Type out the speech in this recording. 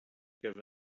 give